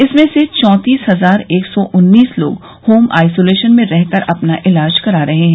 इसमें से चौंतीस हजार एक सौ उन्नीस लोग होम आइसोलेशन में रहकर अपना इलाज करा रहे हैं